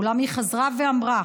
אולם היא חזרה ואמרה: